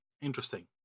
Interesting